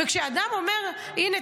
וכשאדם אומר: הינה,